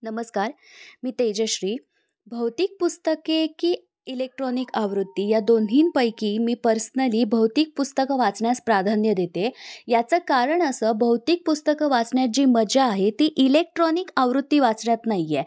नमस्कार मी तेजश्री भौतिक पुस्तके की इलेक्ट्रॉनिक आवृत्ती या दोन्हींपैकी मी पर्सनली भौतिक पुस्तकं वाचण्यास प्राधान्य देते याचं कारण असं भौतिक पुस्तकं वाचण्यात जी मजा आहे ती इलेक्ट्रॉनिक आवृत्ती वाचण्यात नाही आहे